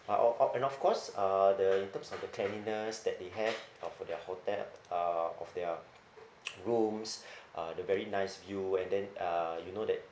but o o and of course uh the in terms of the cleanliness that they have uh for their hotel uh of their rooms uh the very nice view and then uh you know that